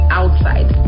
outside